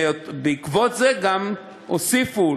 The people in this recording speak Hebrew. בעקבות זה, גם הוסיפו